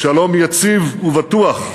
שלום יציב ובטוח,